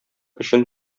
өчен